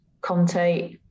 Conte